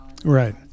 Right